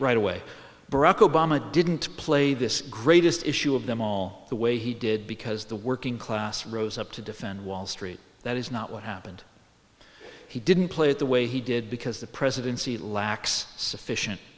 right away barack obama didn't play this greatest issue of them all the way he did because the working class rose up to defend wall street that is not what happened he didn't play it the way he did because the presidency lacks sufficient